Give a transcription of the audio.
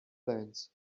planes